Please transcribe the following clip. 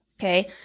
okay